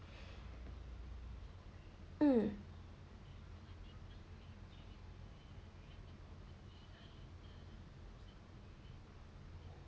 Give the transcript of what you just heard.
um